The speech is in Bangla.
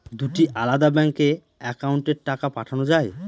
দুটি আলাদা ব্যাংকে অ্যাকাউন্টের টাকা পাঠানো য়ায়?